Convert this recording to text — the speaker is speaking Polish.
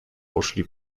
poszli